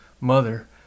mother